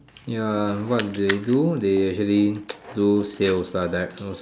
ya what they do they usually do sales lah like those